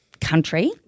country